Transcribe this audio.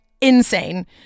Insane